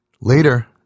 Later